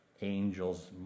Angels